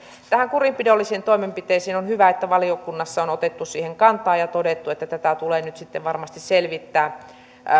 kurinpidollisiin toimenpiteisiin on hyvä että valiokunnassa on otettu siihen kantaa ja todettu että tätä tulee nyt varmasti selvittää